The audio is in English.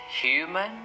human